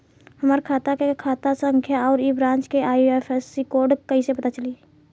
हमार खाता के खाता संख्या आउर ए ब्रांच के आई.एफ.एस.सी कोड कैसे पता चली?